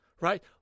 right